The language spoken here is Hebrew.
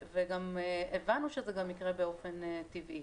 והבנו שזה גם יקרה באופן טבעי.